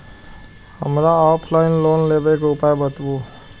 हमरा offline loan लेबे के उपाय बतबु?